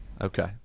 Okay